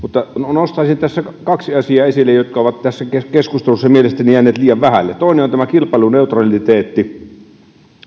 nostaisin tässä esille kaksi asiaa jotka ovat tässä keskustelussa mielestäni jääneet liian vähälle toinen on tämä kilpailuneutraliteetti